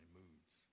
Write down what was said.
moods